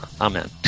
Amen